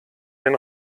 den